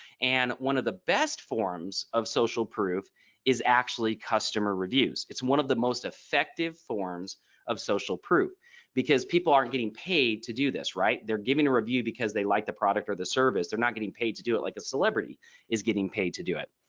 and one of the best forms of social proof is actually customer reviews. it's one of the most effective forms of social proof because people aren't getting paid to do this right. they're giving a review because they like the product or the service they're not getting paid to do it like a celebrity is getting paid to do it